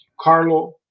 Carlo